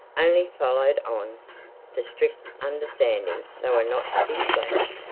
only followed on the strict understanding they were not to be splashed.